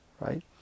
Right